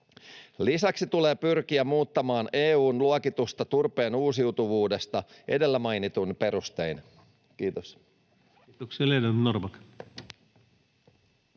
Lisäksi tulee pyrkiä muuttamaan EU:n luokitusta turpeen uusiutuvuudesta edellä mainituin perustein. — Kiitos. Kiitoksia.